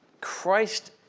Christ